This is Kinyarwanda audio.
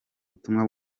butumwa